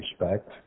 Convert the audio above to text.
respect